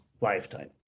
lifetime